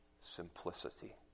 simplicity